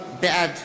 בעד